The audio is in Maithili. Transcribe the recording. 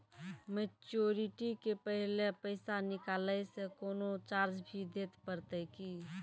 मैच्योरिटी के पहले पैसा निकालै से कोनो चार्ज भी देत परतै की?